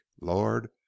lord